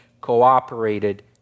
cooperated